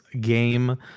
game